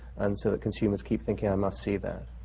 and so that consumers keep thinking, i must see that?